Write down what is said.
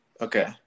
Okay